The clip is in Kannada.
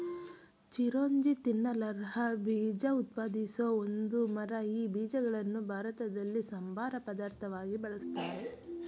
ಚಿರೋಂಜಿ ತಿನ್ನಲರ್ಹ ಬೀಜ ಉತ್ಪಾದಿಸೋ ಒಂದು ಮರ ಈ ಬೀಜಗಳನ್ನು ಭಾರತದಲ್ಲಿ ಸಂಬಾರ ಪದಾರ್ಥವಾಗಿ ಬಳುಸ್ತಾರೆ